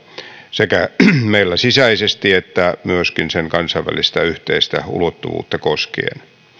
sekä meillä sisäisesti että myöskin sen kansainvälistä yhteistä ulottuvuutta koskien